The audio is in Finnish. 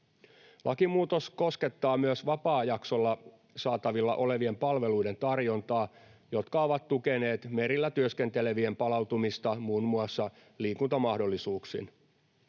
Lakimuutos koskettaa myös vapaajaksolla saatavilla olevien palveluiden tarjontaa, niitä, jotka ovat tukeneet merillä työskentelevien palautumista, muun muassa liikuntamahdollisuuksin.